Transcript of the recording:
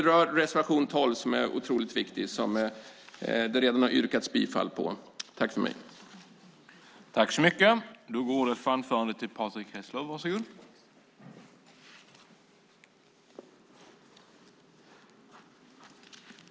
Reservation 12 är otroligt viktig, och det har redan yrkats bifall till den.